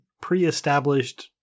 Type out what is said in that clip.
pre-established